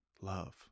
love